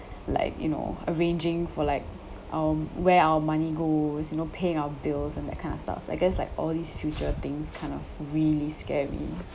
like you know arranging for like um where our money goes you know paying our bills and that kind of stuff so I guess like all these future things kind of really scare me